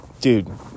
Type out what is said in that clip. Dude